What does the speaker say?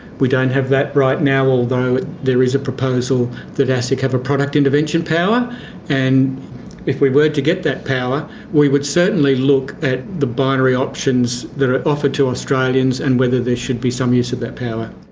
we don't have that right now, although there is a proposal that asic have a product intervention power and if we were to get that power we would certainly look at the binary options that are offered to australians and whether there should be some use of that power.